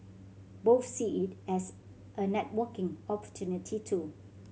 both see it as a networking opportunity too